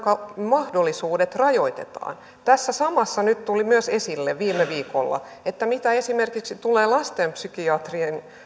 mahdollisuudet rajataan tässä samassa tuli myös esille viime viikolla että mitä esimerkiksi tulee lastenpsykiatrian